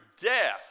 death